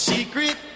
Secret